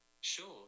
sure